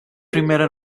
primero